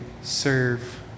serve